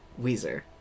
Weezer